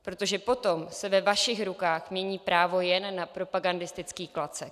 Protože potom se ve vašich rukách mění právo jen na propagandistický klacek.